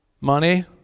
Money